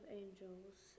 angels